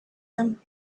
them